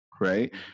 right